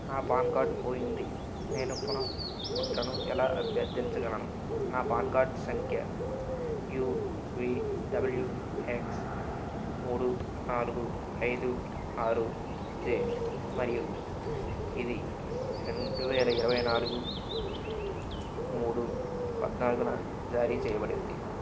నా PAN card పోయింది నేను పునఃముద్రను ఎలా అభ్యర్థించగలను నా పాన్ కార్డ్ సంఖ్య యూవీడబ్ల్యూఎక్స్ మూడు నాలుగు ఐదు ఆరు జే మరియు ఇది రెండు వేల ఇరవై నాలుగు మూడు పద్నాలుగున జారీ చేయబడింది